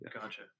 Gotcha